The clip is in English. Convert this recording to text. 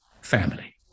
family